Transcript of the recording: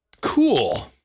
Cool